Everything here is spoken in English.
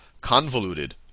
convoluted